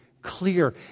clear